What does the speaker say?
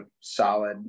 solid